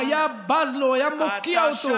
הוא היה בז לו, הוא היה מוקיע אותו.